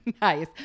nice